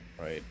right